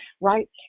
right